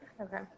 okay